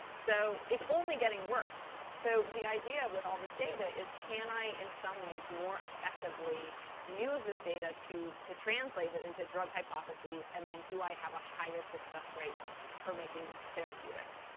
so it's only getting worse. so the idea with all this data is, can i, in some ways, more effectively use this data to to translate it into drug hypotheses? and then do i have a higher success rate for making therapeutics?